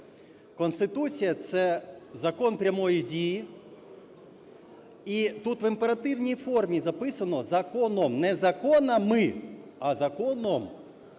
Конституція – це закон прямої дії, і тут в імперативній формі записано: "законом", не "законами", а "законом".